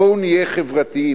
בואו נהיה חברתיים.